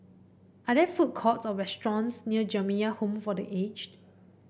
are there food courts or restaurants near Jamiyah Home for The Aged